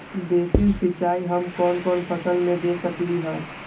Basin सिंचाई हम कौन कौन फसल में दे सकली हां?